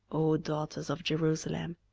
o daughters of jerusalem.